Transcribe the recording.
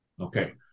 Okay